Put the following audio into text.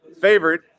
favorite